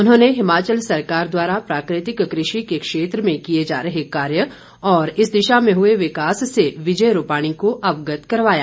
उन्होंने हिमाचल सरकार द्वारा प्राकृतिक कृषि के क्षेत्र में किए जा रहे कार्य और इस दिशा में हुए विकास से विजय रूपाणी को अवगत करवाया